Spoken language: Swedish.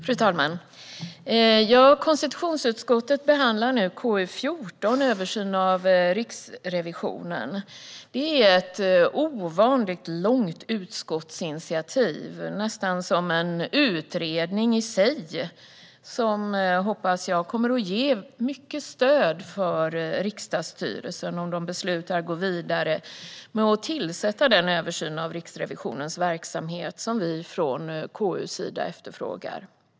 Fru talman! Konstitutionsutskottet behandlar nu KU14, Översyn av Riksrevisionen . Det är ett ovanligt långt utskottsinitiativ - nästan som en utredning i sig - som, hoppas jag, kommer att ge mycket stöd för riksdagsstyrelsen om de beslutar att gå vidare med att tillsätta en utredning som kan göra den översyn av Riksrevisionens verksamhet som vi från KU:s sida efterfrågar.